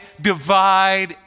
divide